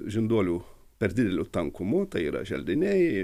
žinduolių per dideliu tankumu tai yra želdiniai